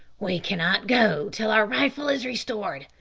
we cannot go till our rifle is restored.